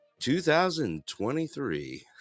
2023